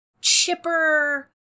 chipper